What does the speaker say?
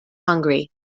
hungry